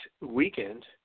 weekend